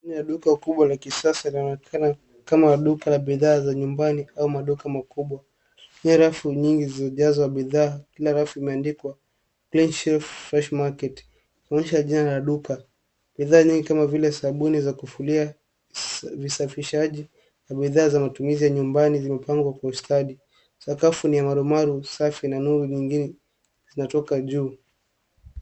Ndani ya duka kubwa la kisasa linaonekana kama duka la bidhaa za nyumbani au maduka makubwa. Pia rafu nyingi zimejazwa bidhaa, kila rafu imeandikwa Clean Shelf, Fresh Market kuonyesha jina la duka. Bidhaa nyingi kama vile sabuni za kufulia, visafishaji na bidhaa za matumizi ya nyumbani zimepangwa kwa ustadi. Sakafu ni ya marumaru, safi na nuru nyingine zinatoka juu.